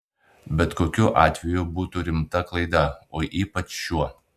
bet kokiu atveju būtų rimta klaida o ypač šiuo